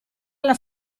alla